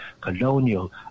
colonial